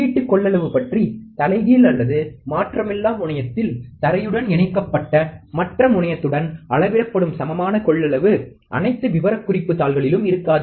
உள்ளீட்டு கொள்ளளவு பற்றி தலைகீழ் அல்லது மாற்றமிலா முனையத்தில் தரையுடன் இணைக்கப்பட்ட மற்ற முனையத்துடன் அளவிடப்படும் சமமான கொள்ளளவு அனைத்து விவரக்குறிப்பு தாள்களிலும் இருக்காது